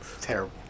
Terrible